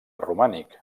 romànic